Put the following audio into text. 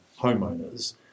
homeowners